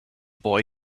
boy